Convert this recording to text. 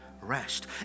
rest